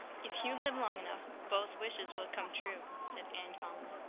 if you live long enough both wishes will come true, said anne calmly.